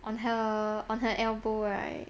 on her on her elbow right